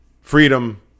Freedom